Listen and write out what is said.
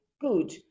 good